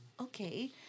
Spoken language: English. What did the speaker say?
okay